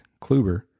Kluber